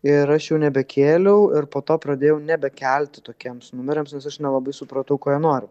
ir aš jau nebekėliau ir po to pradėjau nebekelti tokiems numeriams nes aš nelabai supratau ko jie nori